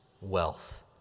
wealth